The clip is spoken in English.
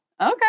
okay